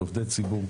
כעובדי ציבור.